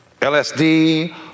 LSD